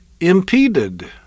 impeded